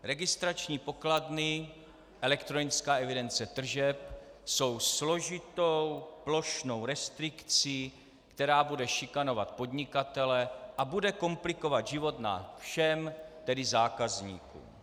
Registrační pokladny, elektronická evidence tržeb, jsou složitou plošnou restrikcí, která bude šikanovat podnikatele a bude komplikovat život nám všem, tedy zákazníkům.